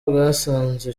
bwasanze